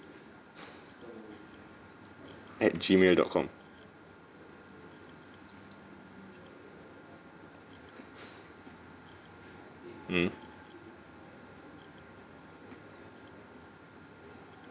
at G mail dot com mm